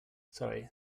sorry